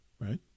Right